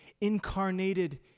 incarnated